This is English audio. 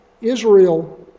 Israel